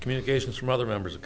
communications from other members